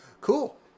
Cool